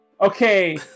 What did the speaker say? Okay